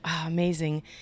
Amazing